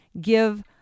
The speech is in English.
give